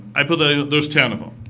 i put that there's ten of them.